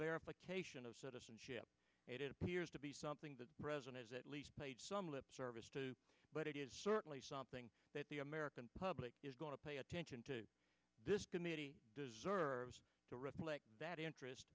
verification of citizenship it appears to be something the president has at least some lip service to but it is certainly something that the american public is going to pay attention to this committee deserves to reflect that interest